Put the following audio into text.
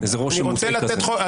איזה רושם מוטעה כזה.